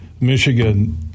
Michigan